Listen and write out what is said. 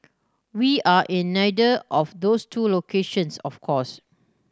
we are in neither of those two locations of course